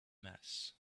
mass